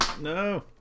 No